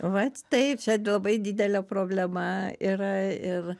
vat taip čia labai didelė problema yra ir